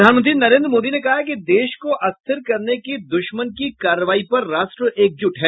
प्रधानमंत्री नरेन्द्र मोदी ने कहा है कि देश को अस्थिर करने की दुश्मन की कार्रवाई पर राष्ट्र एकजुट है